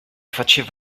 faceva